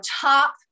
top